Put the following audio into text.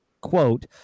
quote